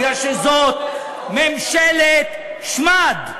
מפני שזאת ממשלת שמד.